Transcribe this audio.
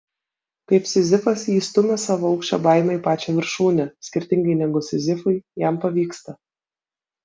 kaip sizifas jis stumia savo aukščio baimę į pačią viršūnę skirtingai negu sizifui jam pavyksta